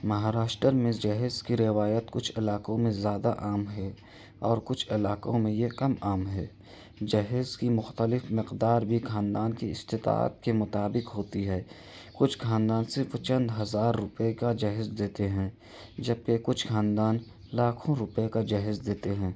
مہاراشٹر میں جہیز کی روایت کچھ علاقوں میں زیادہ عام ہے اور کچھ علاقوں میں یہ کم عام ہیں جہیز کی مختلف مقدار بھی خاندان کی استطاعت کے مطابق ہوتی ہے کچھ خاندان صرف چند ہزار روپئے کا جہیز دیتے ہیں جب کہ کچھ خاندان لاکھوں روپئے کا جہیز دیتے ہیں